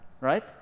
Right